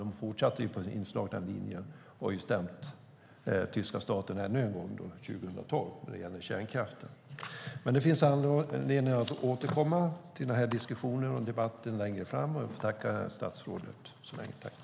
De fortsatte på den inslagna linjen och har stämt den tyska staten ännu en gång, 2012, då det gällde kärnkraften. Det finns anledning att återkomma till den här diskussionen och debatten längre fram. Jag får tacka statsrådet så länge.